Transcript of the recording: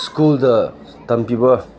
ꯁ꯭ꯀꯨꯜꯗ ꯇꯝꯕꯤꯕ